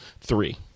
three